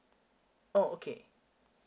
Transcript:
oh okay